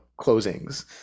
closings